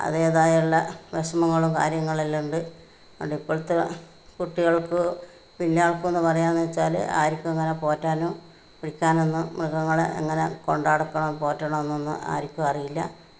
അതേതായൊള്ള വിഷമങ്ങളും കാര്യങ്ങളല്ലാം ഉണ്ട് അതിപ്പോഴത്തെ കുട്ടികൾക്ക് പിന്നാക്കുവന്ന് പറയാന്ന് വെച്ചാൽ ആർക്കും അങ്ങനെ പോറ്റാനോ പിടിക്കാനൊന്നു മൃഗങ്ങളെ എങ്ങനെ കൊണ്ടടക്കണം പോറ്റണം എന്നൊന്നും ആർക്കും അറിയില്ല